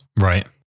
right